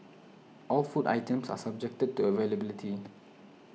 all food items are subjected to availability